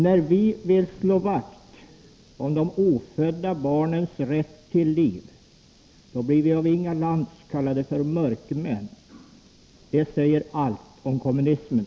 När vi vill slå vakt om de ofödda barnens rätt till liv, då blir vi av Inga Lantz kallade för mörkmän. Det säger allt om kommunismen.